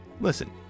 Listen